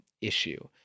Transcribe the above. issue